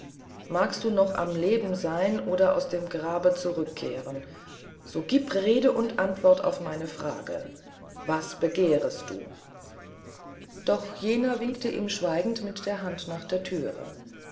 magst du noch am leben sein oder aus dem grabe zurückkehren so gib rede und antwort auf meine frage was begehrest du doch jener winkte ihm schweigend mit der hand nach der türe